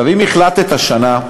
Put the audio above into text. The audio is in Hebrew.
אם החלטת שנה,